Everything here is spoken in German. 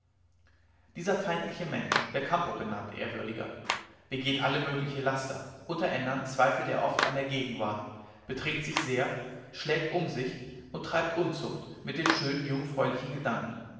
dieser feindliche mensch belcampo genannt ehrwürdiger begeht alle mögliche laster unter ändern zweifelt er oft an der gegenwart betrinkt sich sehr schlägt um sich und treibt unzucht mit schönen jungfräulichen gedanken